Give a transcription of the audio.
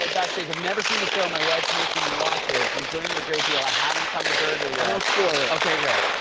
ah backstage, i've never seen the show. my wife's making me watch it. i'm enjoying it a great deal. i haven't come to berger yet. i won't spoil it. okay, great.